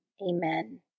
Amen